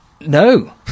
No